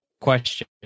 question